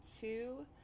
two